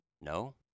no